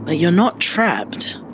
ah you're not trapped.